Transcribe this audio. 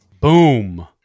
Boom